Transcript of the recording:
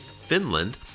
Finland